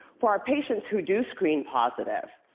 for our patients who do screen positive,